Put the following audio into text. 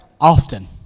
often